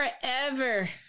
forever